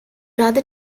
rather